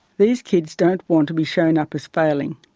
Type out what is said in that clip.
these kids don't want to be shown up as failing.